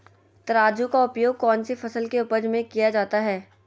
तराजू का उपयोग कौन सी फसल के उपज में किया जाता है?